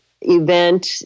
event